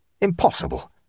Impossible